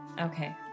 Okay